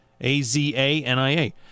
A-Z-A-N-I-A